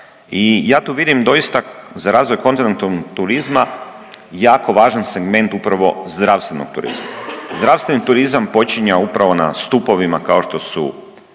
I ja tu vidim doista za razvoj kontinentalnog turizma jako važan segment upravo zdravstvenog turizma. Zdravstveni turizam počinje upravo na stupovima kao što su